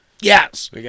Yes